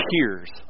Tears